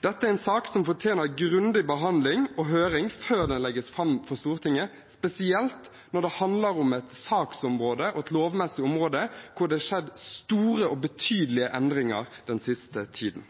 Dette er en sak som fortjener grundig behandling og høring før den legges fram for Stortinget, spesielt når det handler om et saksområde og et lovmessig område hvor det har skjedd store og betydelige endringer den siste tiden.